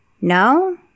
No